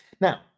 now